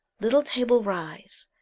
little table, rise!